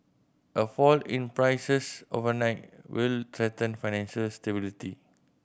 a fall in prices overnight will threaten financial stability